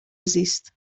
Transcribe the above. زیست